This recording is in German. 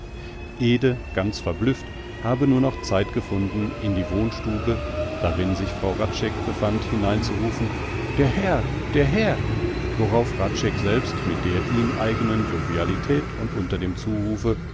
ganz verblüfft hatte nur noch zeit gefunden in die wohnstube darin sich frau hradscheck befand hineinzurufen der herr der herr worauf hradscheck selbst mit der ihm eigenen jovialität und unter dem zurufe